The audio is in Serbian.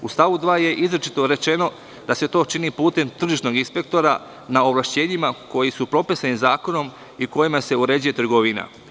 U stavu 2. je izričito rečeno da se to čini putem tržišnog inspektora, na ovlašćenjima koji su propisani zakonom i kojima se uređuje trgovina.